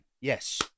Yes